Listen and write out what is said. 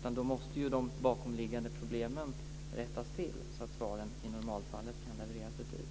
utan då måste de bakomliggande problemen rättas till, så att svaren i normalfallet kan levereras i tid.